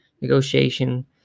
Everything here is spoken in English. negotiation